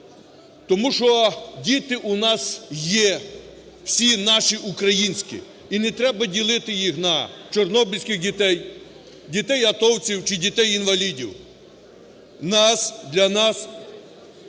Тому що діти у нас є, всі наші, українські. І не треба ділити їх на чорнобильських дітей, дітей атовців чи дітей-інвалідів. Нас… для нас